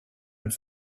and